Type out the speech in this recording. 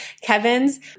Kevin's